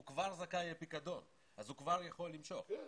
הוא כבר זכאי לפיקדון והוא כבר יכול למשוך את הכסף.